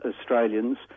Australians